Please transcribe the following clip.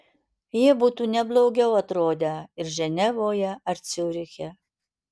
jie būtų ne blogiau atrodę ir ženevoje ar ciuriche